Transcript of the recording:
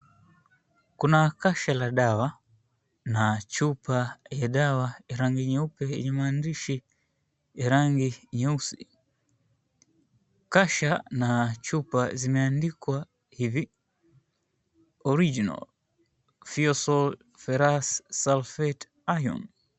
Kuna kasha la dawa na chupa ya dawa ya rangi nyeupe yenye maandishi ya rangi nyeusi. Kasha na chupa zimeandikwa hivi, Original Philsophorus Sulphate Iron.